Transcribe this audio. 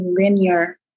linear